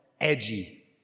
edgy